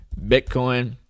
Bitcoin